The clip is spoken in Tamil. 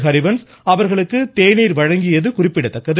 ஹரிவன்ஸ் அவர்களுக்கு தேனீர் வழங்கியது குறிப்பிடத்தக்கது